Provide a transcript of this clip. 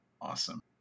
awesome